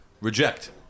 Reject